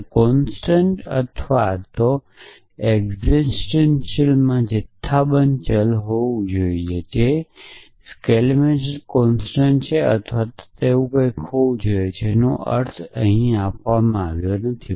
તે કોંસ્ટંટ અથવા એકસીટેંટીયલમાં જથ્થાબંધ ચલ હોવું જોઈએ જે સ્ક્લેઇમ કોંસ્ટંટ હોય અથવા એવું કંઈક હોવું જોઈએ જેનો અર્થ નથી